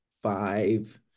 five